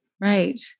Right